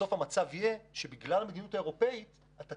בסוף המצב יהיה שבגלל המדיניות האירופית אנחנו